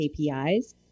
KPIs